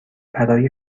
برای